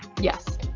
Yes